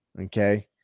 Okay